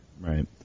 Right